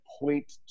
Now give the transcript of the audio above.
point